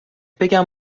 بگم